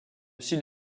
sud